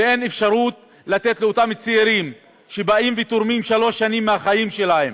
ואין אפשרות לתת לאותם צעירים שתורמים שלוש שנים מהחיים שלהם,